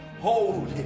holy